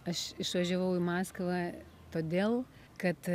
aš išvažiavau į maskvą todėl kad